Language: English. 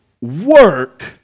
work